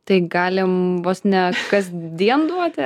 tai galim vos ne kasdien duoti